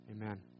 Amen